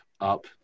up